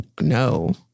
no